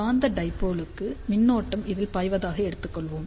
காந்த டைபோலுக்கு மின்னோட்டம் இதில் பாய்வதாக எடுத்துக் கொள்வோம்